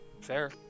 Fair